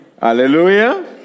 Hallelujah